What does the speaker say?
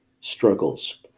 struggles